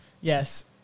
Yes